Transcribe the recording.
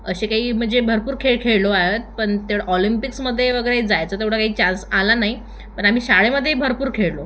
असे काही म्हणजे भरपूर खेळ खेळलो आ आहेत पण तेव्हा ऑलंपिक्समध्ये वगैरे जायचं तेवढा काही चान्स आला नाही पण आम्ही शाळेमध्येही भरपूर खेळलो